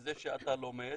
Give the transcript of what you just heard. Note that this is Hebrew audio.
לזה שאתה לומד